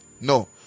No